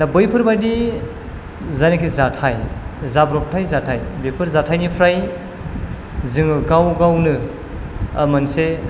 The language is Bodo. दा बैफोरबादि जायनाखि जाथाय जाब्र'बथाय जाथाय बेफोर जाथायनिफ्राय जोङो गाव गावनो मोनसे